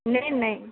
ਨਹੀਂ ਨਹੀਂ